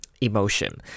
emotion